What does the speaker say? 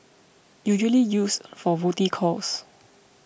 usually used for booty calls